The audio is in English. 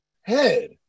head